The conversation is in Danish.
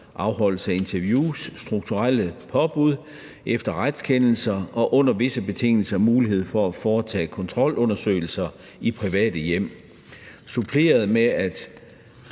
afholdelse af interviews, strukturelle påbud efter retskendelser og under visse betingelser mulighed for at foretage kontrolundersøgelser i private hjem.